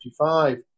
1955